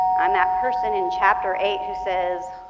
i'm that person in chapter eight who says,